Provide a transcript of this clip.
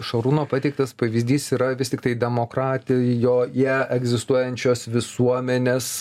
šarūno pateiktas pavyzdys yra vis tiktai demokratijoje egzistuojančios visuomenės